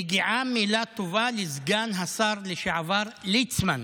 מילה טובה מגיעה לסגן השר לשעבר ליצמן,